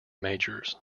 majors